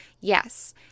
Yes